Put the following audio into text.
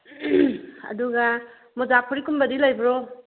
ꯑꯗꯨꯒ ꯃꯣꯖꯥ ꯐꯨꯔꯤꯠ ꯀꯨꯝꯕꯗꯤ ꯂꯩꯕ꯭ꯔꯣ